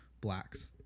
blacks